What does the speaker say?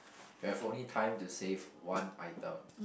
you have only time to save one item